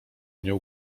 mnie